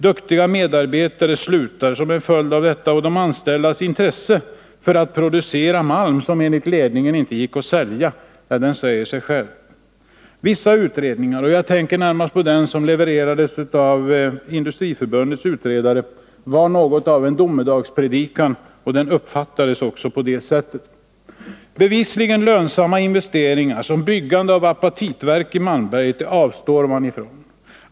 Duktiga medarbetare slutar som en följd av detta, och att de anställdas intresse inte var särskilt stort för att producera malm som enligt ledningen inte gick att sälja, det säger sig självt. Vissa utredningar har varit mycket negativa. Jag tänker närmast på den som levererades av Industriförbundets utredare, som var något av en domedagspredikan. Den uppfattades också på det sättet. ar, såsom byggande av apatitverk i Malmberget, avstår man från.